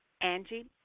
Angie